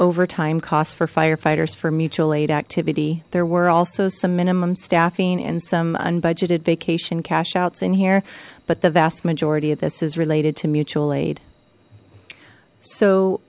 overtime cost for firefighters for mutual aid activity there were also some minimum staffing and some unbudgeted vacation cash outs in here but the vast majority of this is related to mutual aid so